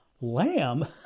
Lamb